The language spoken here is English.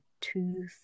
two